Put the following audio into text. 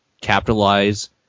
capitalize